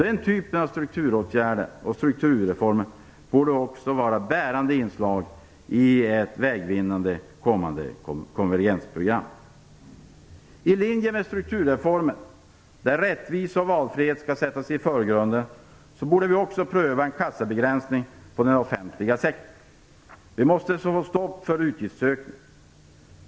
Den typen av strukturåtgärder och strukturreformer borde också vara bärande inslag i ett vägvinnande kommande konvergensprogram. I linje med strukturreformen, där rättvisa och valfrihet skall sättas i förgrunden, borde vi också pröva en kassabegränsning på den offentliga sektorn. Det måste bli stopp för utgiftsökningen.